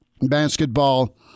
basketball